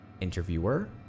Interviewer